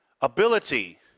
ability